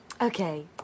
Okay